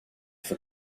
for